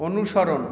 অনুসরণ